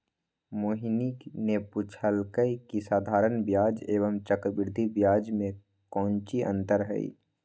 मोहिनी ने पूछल कई की साधारण ब्याज एवं चक्रवृद्धि ब्याज में काऊची अंतर हई?